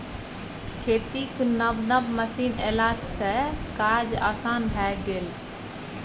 खेतीक नब नब मशीन एलासँ काज आसान भए गेल